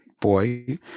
boy